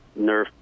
Nerf